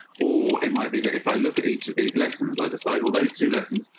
or it might be that if i look at each of these lessons, i decided well those two lessons.